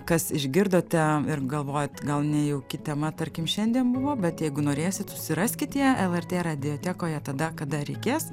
kas išgirdote ir galvojat gal nejauki tema tarkim šiandien buvo bet jeigu norėsit susiraskit ją lrt radiotekoje tada kada reikės